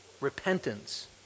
Repentance